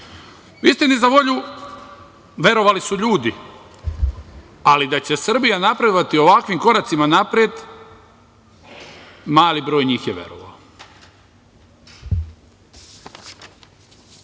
Istini za volju, verovali su ljudi, ali da će Srbija napredovati ovakvim koracima napred, mali broj njih je verovao.